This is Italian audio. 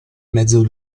mezzo